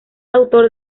autor